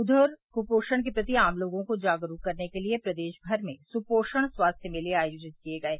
उधर कुपोषण के प्रति आम लोगों को जागरूक करने के लिए प्रदेश भर में सुपोषण स्वास्थ्य मेले आयोजित किये गये